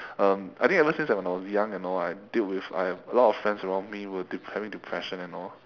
um I think ever since when I was young and all I dealt with I have a lot friends around me who were de~ having depression and all